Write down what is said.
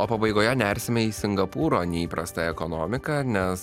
o pabaigoje nersime į singapūro neįprastą ekonomiką nes